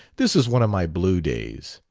this is one of my blue days.